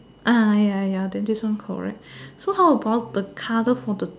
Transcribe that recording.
ah ya ya then this one correct so how about the colour for the